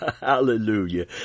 Hallelujah